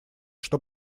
что